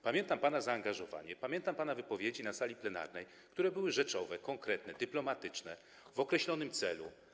Pamiętam pana zaangażowanie, pamiętam pana wypowiedzi na sali plenarnej, które były rzeczowe, konkretne, dyplomatyczne, wygłaszane w określonym celu.